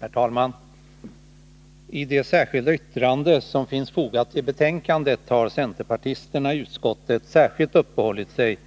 Herr talman! I det särskilda yttrande som finns fogat till betänkandet har centerpartisterna i utskottet särskilt uppehållit sig